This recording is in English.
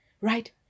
right